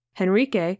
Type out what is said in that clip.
henrique